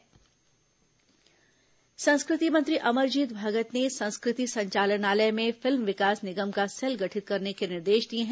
संस्कृति मंत्री समीक्षा संस्कृति मंत्री अमरजीत भगत ने संस्कृति संचालनालय में फिल्म विकास निगम का सेल गठित करने के निर्देश दिए हैं